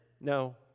No